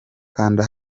kanda